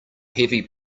heavy